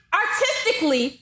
artistically